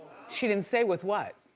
she didn't say with what.